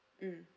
mm